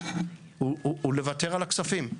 לוותר על הכספים.